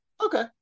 Okay